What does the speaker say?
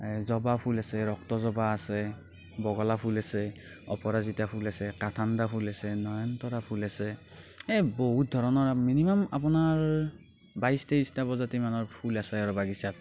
এই জবা ফুল আছে ৰক্তজবা আছে বকলা ফুল আছে অপৰাজিতা ফুল আছে কাথনা ফুল আছে নয়নতৰা ফুল আছে এই বহুত ধৰণৰ মিনিমাম আপোনাৰ বাইছ তেইছ প্ৰজাতিমানৰ ফুল আছে আৰু বাগিচাত